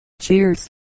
Cheers